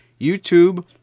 YouTube